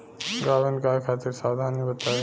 गाभिन गाय खातिर सावधानी बताई?